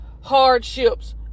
hardships